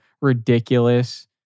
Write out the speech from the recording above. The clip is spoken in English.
ridiculous